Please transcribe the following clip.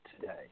today